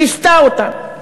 כיסתה אותן,